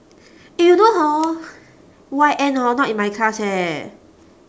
eh you know hor Y_N hor not in my class eh